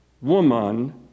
woman